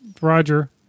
Roger